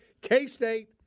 K-State